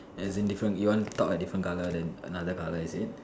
as in different you want top a different colour then another colour is it